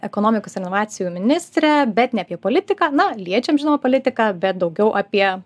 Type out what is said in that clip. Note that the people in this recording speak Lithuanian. ekonomikos inovacijų ministre bet ne apie politiką na liečiam žinoma politiką bet daugiau apie